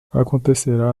acontecerá